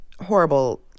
horrible